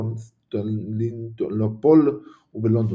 בקונסטנטינופול ובלונדון.